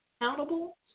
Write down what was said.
accountable